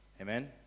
amen